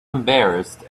embarrassed